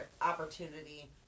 opportunity